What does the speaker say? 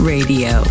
Radio